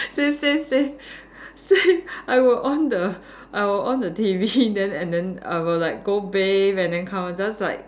same same same same I would on the I would on the T_V then and then I would like go bathe and then come just like